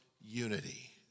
unity